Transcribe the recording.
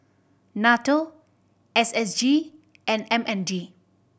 NATO S S G and M N D